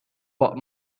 but